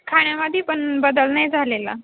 खाण्यामध्ये पण बदल नाही झालेला